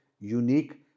unique